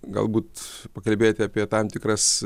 galbūt pakalbėti apie tam tikras